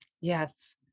yes